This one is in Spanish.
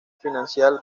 financial